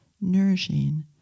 nourishing